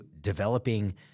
developing